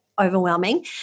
overwhelming